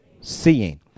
Seeing